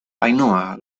ainhoa